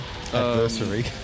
Adversary